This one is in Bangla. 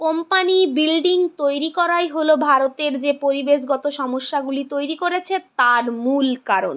কোম্পানি বিল্ডিং তৈরি করাই হলো ভারতের যে পরিবেশগত সমস্যাগুলি তৈরি করেছে তার মূল কারণ